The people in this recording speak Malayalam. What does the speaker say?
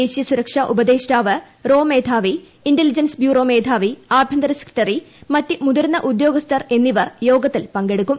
ദേശീയ സുരക്ഷാ ഉപദേഷ്ടാവ് റോ മേധാവി ഇന്റലിജൻസ് ബ്യൂറോ മേധാവി ആഭ്യന്തര സെക്രട്ടറി മറ്റ് മുതിർന്ന ഉദ്യോഗസ്ഥർ എന്നിവർ യോഗത്തിൽ പങ്കെടുക്കും